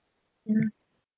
ya